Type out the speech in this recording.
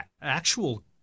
actual